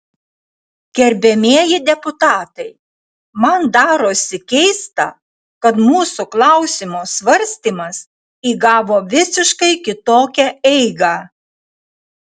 gerbiamieji deputatai man darosi keista kad mūsų klausimo svarstymas įgavo visiškai kitokią eigą